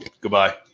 Goodbye